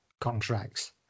contracts